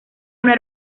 una